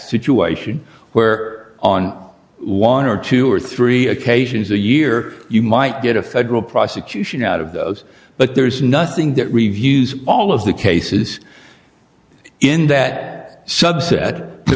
situation where on one or two or three occasions a year you might get a federal prosecution out of those but there's nothing that reviews all of the cases in that subset to